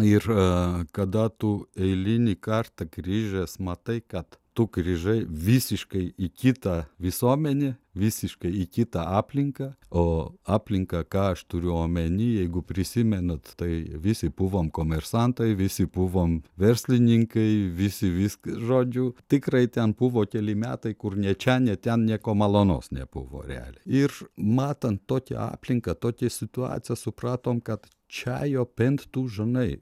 ir kada tu eilinį kartą grįžęs matai kad tu grįžai visiškai į kitą visuomenę visiškai į kitą aplinką o aplinka ką aš turiu omeny jeigu prisimenat tai visi buvom komersantai visi buvom verslininkai visi vysk žodžių tikrai ten buvo keli metai kur nei čia nei ten nieko malonaus nebuvo realiai ir matant tokią aplinką tokią situaciją supratom kad čia jau bent tu žinai